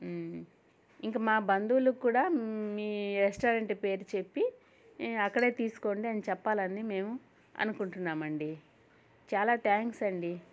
ఇంక మా బంధువులకు కూడా మీ రెస్టారెంట్ పేరు చెప్పి అక్కడే తీసుకోండి అని చెప్పాలని మేము అనుకుంటున్నామండి చాలా థ్యాంక్స్ అండి